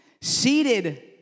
seated